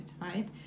right